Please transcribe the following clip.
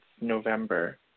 November